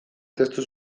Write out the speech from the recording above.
testu